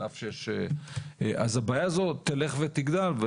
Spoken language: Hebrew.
אז הבעיה הזאת תלך ותגדל.